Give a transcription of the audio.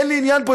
אין לי עניין פה,